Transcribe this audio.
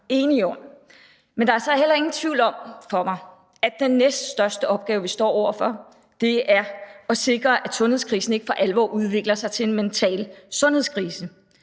er for mig så heller ingen tvivl om, at den næststørste opgave, vi står over for, er at sikre, at sundhedskrisen ikke for alvor udvikler sig til en mental sundhedskrise.